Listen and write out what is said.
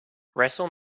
wrestle